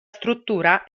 struttura